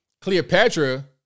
Cleopatra